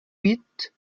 huit